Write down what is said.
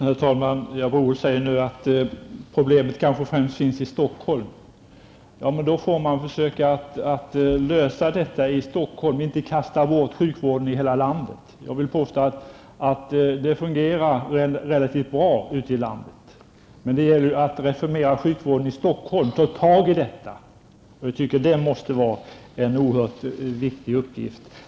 Herr talman! Johan Brohult sade att problemet finns mest i Stockholm. Då får man lösa detta i Stockholm och inte kasta bort sjukvården i hela landet. Jag vill påstå att det fria vårdsökandet fungerar relativt bra ute i landet, men det gäller att ta itu med att reformera sjukvården i Stockholm.